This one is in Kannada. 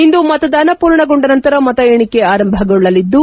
ಇಂದು ಮತದಾನ ಪೂರ್ಣಗೊಂಡ ನಂತರ ಮತ ಎಣಿಕೆ ಆರಂಭಗೊಳ್ಳಲಿದ್ದು